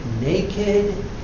naked